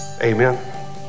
Amen